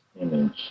image